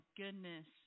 goodness